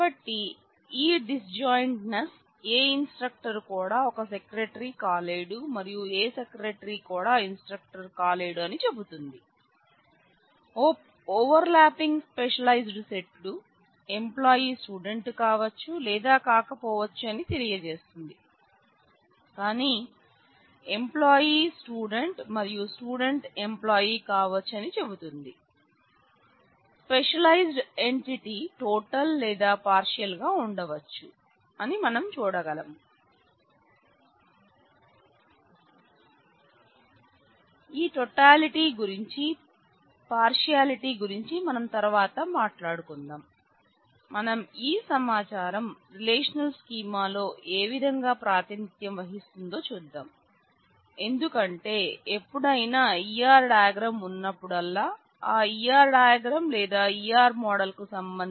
కాబట్టి ఈ డిస్జాయింట్నెస్గా ఉండవచ్చు అని మనం చూడగలం